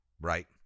right